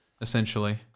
essentially